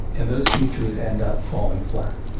and those features end up falling flat.